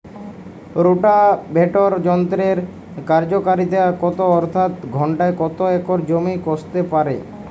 Rotavator যন্ত্রের কার্যকারিতা কত অর্থাৎ ঘণ্টায় কত একর জমি কষতে পারে?